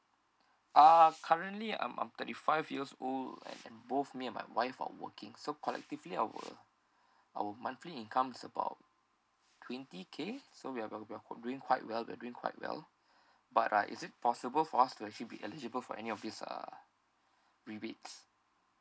uh currently I'm I'm thirty five years old and both me and my wife are working so collectively our our monthly income's about twenty K so we're we're we're we're doing quite well we're doing quite well but uh is it possible for us to actually be eligible for any of this uh rebates